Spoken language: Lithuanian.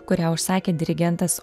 kurią užsakė dirigentas